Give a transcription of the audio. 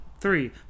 three